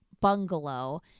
bungalow